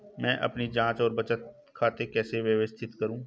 मैं अपनी जांच और बचत खाते कैसे व्यवस्थित करूँ?